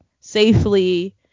safely